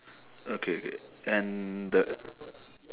okay okay and the